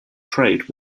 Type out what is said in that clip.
trade